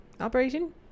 Operation